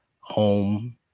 home